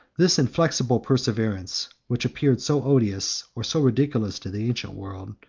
this inflexible perseverance, which appeared so odious or so ridiculous to the ancient world,